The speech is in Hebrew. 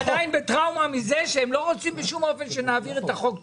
אני עדיין בטראומה מזה שהם לא רוצים בשום אופן שנעביר את החוק טרומית.